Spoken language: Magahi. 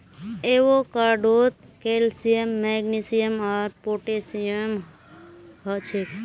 एवोकाडोत कैल्शियम मैग्नीशियम आर पोटेशियम हछेक